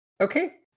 okay